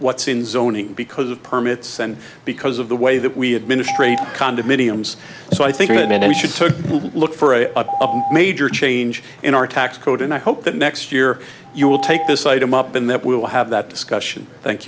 zoning because of permits and because of the way that we have ministre condominiums so i think that and should look for a major change in our tax code and i hope that next year you will take this item up and that will have that discussion thank